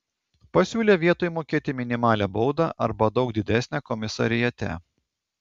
pasiūlė vietoj mokėti minimalią baudą arba daug didesnę komisariate